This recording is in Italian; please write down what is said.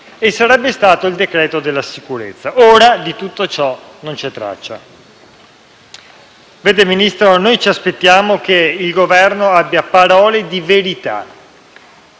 rifinanziamento: il decreto per la sicurezza. Ora di tutto ciò non c'è traccia. Ministro, noi ci aspettiamo che il Governo abbia parole di verità.